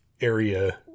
area